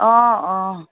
অঁ অঁ